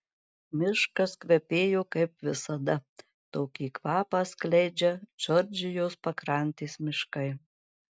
miškas kvepėjo kaip visada tokį kvapą skleidžia džordžijos pakrantės miškai